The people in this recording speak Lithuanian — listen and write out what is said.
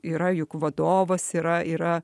yra juk vadovas yra yra